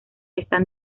están